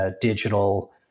Digital